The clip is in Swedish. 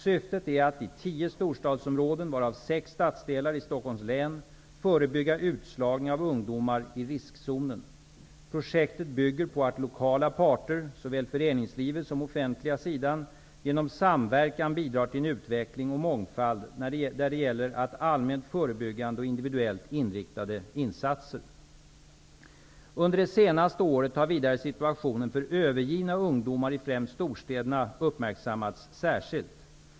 Syftet är att i tio storstadsområden, varav sex stadsdelar i Stockholms län, förebygga utslagning av ungdomar i riskzonen. Projektet bygger på att lokala parter, såväl föreningslivet som den offentliga sidan, genom samverkan bidrar till en utveckling och mångfald när det gäller allmänt förebyggande och individuellt inriktade insatser. Under det senaste året har vidare situationen för övergivna ungdomar i främst storstäderna uppmärksammats särskilt.